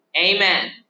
Amen